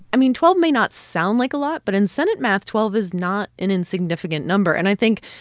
i mean, twelve may not sound like a lot. but in senate math, twelve is not an insignificant number. and i think,